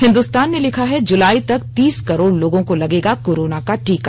हिंदुस्तान ने लिखा है जुलाई तक तीस करोड़ लोगों को लगेगा कोरोना का टीका